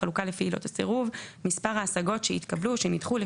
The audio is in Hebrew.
ושנדחו בחלוקה לפי עילות הסירוב; מספר ההשגות שהתקבלו ושנדחו,